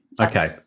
Okay